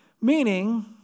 Meaning